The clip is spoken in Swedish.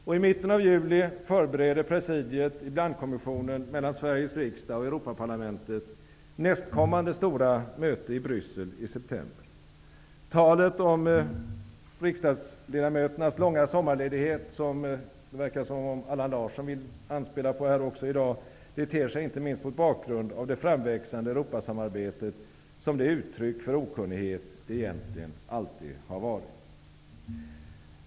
Och i mitten av juli förbereder presidiet i blandkommissionen mellan Talet om riksdagsledamöternas långa sommarledighet, vilket det verkar som om Allan Larsson vill anspela på här i dag, ter sig inte minst mot bakgrund av det framväxande Europasamarbetet som det uttryck för okunnighet det egentligen alltid har varit.